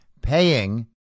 paying